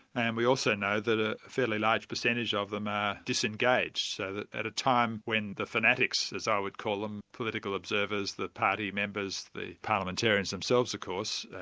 and we also know that a fairly large percentage of them are disengaged, so that at a time when the fanatics, as i would call them, political observers, the party members, the parliamentarians themselves of course,